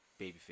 Babyface